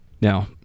Now